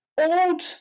old